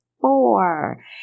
four